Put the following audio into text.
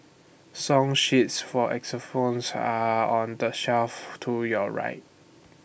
song sheets for xylophones are on the shelf to your right